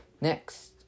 Next